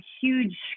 huge